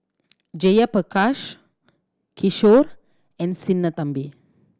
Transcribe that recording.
Jayaprakash Kishore and Sinnathamby